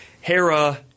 Hera